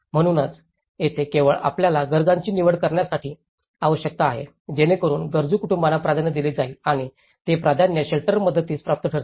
म्हणूनच येथे केवळ आपल्याला गरजांची निवड करण्याची आवश्यकता आहे जेणेकरून गरजू कुटुंबांना प्राधान्य दिले जाईल आणि ते प्राधान्याने शेल्टर मदतीस पात्र ठरतील